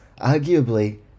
arguably